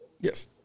Yes